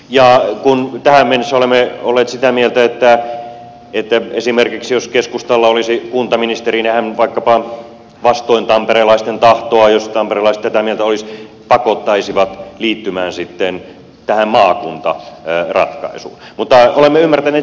ja tähän mennessä olemme olleet sitä mieltä että jos esimerkiksi keskustalla olisi kuntaministeri niin hän vaikkapa vastoin tamperelaisten tahtoa jos tamperelaiset tätä mieltä olisivat pakottaisi liittymään sitten tähän maakuntaratkaisuun mutta olemme ymmärtäneet siis väärin